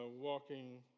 walking